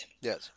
Yes